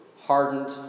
hardened